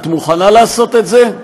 את מוכנה לעשות את זה?